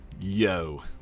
Yo